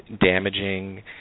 damaging